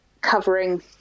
covering